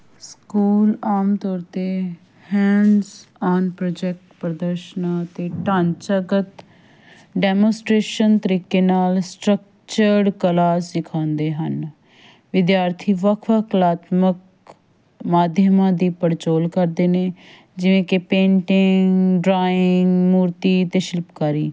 school ਆਮ ਤੌਰ 'ਤੇ ਹੈਂਡਸ ਔਨ ਪ੍ਰੋਜੈਕਟ ਪ੍ਰਦਰਸ਼ਨਾਂ ਅਤੇ ਢਾਂਚਾਗਤ ਡੈਮੋਸਟਰੇਸ਼ਨ ਤਰੀਕੇ ਨਾਲ ਸਟੱਕਚਰਡ ਕਲਾ ਸਿਖਾਉਂਦੇ ਹਨ ਵਿਦਿਆਰਥੀ ਵੱਖ ਵੱਖ ਕਲਾਤਮਕ ਮਾਧਿਅਮਾਂ ਦੀ ਪੜਚੋਲ ਕਰਦੇ ਨੇ ਜਿਵੇਂ ਕਿ ਪੇਂਟਿੰਗ ਡਰਾਇੰਗ ਮੂਰਤੀ ਅਤੇ ਸ਼ਿਲਪਕਾਰੀ